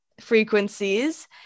frequencies